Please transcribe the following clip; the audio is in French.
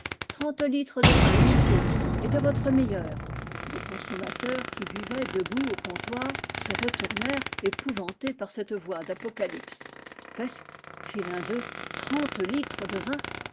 trente litres de vin illico et de votre meilleur des consommateurs qui buvaient debout au comptoir se retournèrent épouvantés par cette voix d'apocalypse peste fit l'un d'eux trente litres de vin